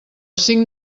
cinc